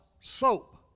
soap